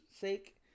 sake